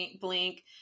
blink